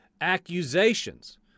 accusations